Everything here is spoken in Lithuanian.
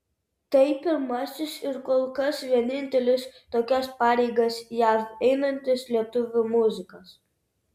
tai pirmasis ir kol kas vienintelis tokias pareigas jav einantis lietuvių muzikas